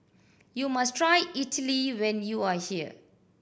you must try Idili when you are here